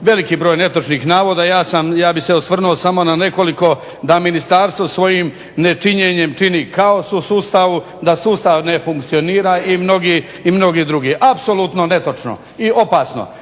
veliki broj netočnih navoda, ja bih se osvrnuo samo na nekoliko. Da Ministarstvo svojim nečinjenjem čini kaos u sustavu, da sustav ne funkcionira i mnogi drugi. Apsolutno netočno i opasno.